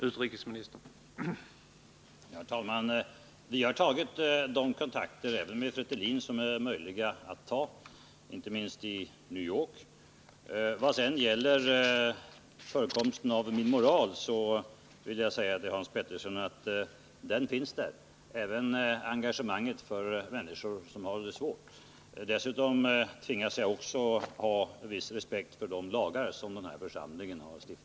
Herr talman! Vi har tagit de kontakter med Fretilin som är möjliga att ta — inte minst i New York. Vad sedan gäller förekomsten av min moral, så vill jag säga till Hans Petersson att den finns där, och även engagemanget för människor som har det svårt finns. Dessutom har jag respekt för de lagar som denna församling har stiftat.